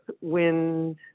wind